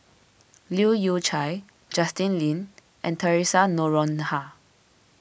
Leu Yew Chye Justin Lean and theresa Noronha